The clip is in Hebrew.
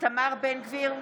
איתמר בן גביר,